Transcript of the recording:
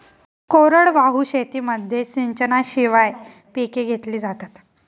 कोरडवाहू शेतीमध्ये सिंचनाशिवाय पिके घेतली जातात